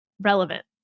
relevant